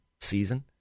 season